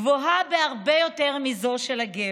הגבוהה הרבה יותר מזו של הגבר.